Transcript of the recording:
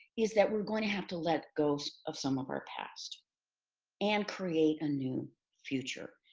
is that we're going to have to let go of some of our past and create a new future.